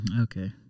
Okay